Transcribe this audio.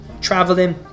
traveling